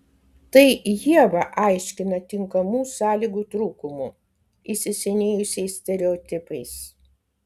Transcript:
tai ieva aiškina tinkamų sąlygų trūkumu įsisenėjusiais stereotipais